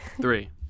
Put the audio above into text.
Three